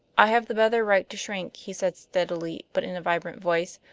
i have the better right to shrink, he said steadily, but in a vibrant voice.